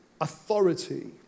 authority